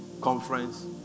conference